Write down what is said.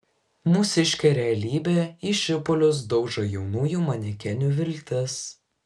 mūsiškė realybė į šipulius daužo jaunųjų manekenių viltis